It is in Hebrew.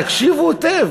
תקשיבו היטב,